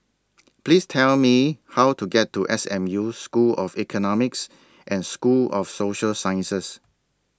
Please Tell Me How to get to S M U School of Economics and School of Social Sciences